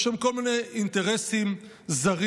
בשם כל מיני אינטרסים זרים,